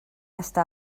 està